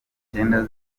cyenda